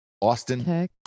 Austin